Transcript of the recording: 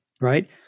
right